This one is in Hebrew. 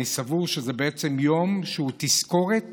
אני סבור שזה בעצם יום שהוא תזכורת